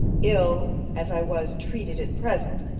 ill as i was treated at present,